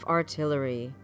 artillery